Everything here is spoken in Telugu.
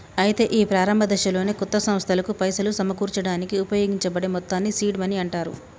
అయితే ఈ ప్రారంభ దశలోనే కొత్త సంస్థలకు పైసలు సమకూర్చడానికి ఉపయోగించబడే మొత్తాన్ని సీడ్ మనీ అంటారు